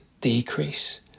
decrease